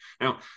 Now